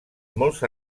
molts